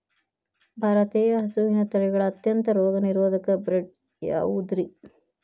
ಭಾರತೇಯ ಹಸುವಿನ ತಳಿಗಳ ಅತ್ಯಂತ ರೋಗನಿರೋಧಕ ಬ್ರೇಡ್ ಯಾವುದ್ರಿ?